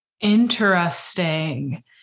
Interesting